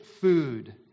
food